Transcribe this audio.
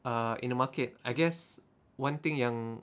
uh in the market I guess one thing yang